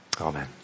Amen